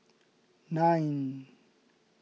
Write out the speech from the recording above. nine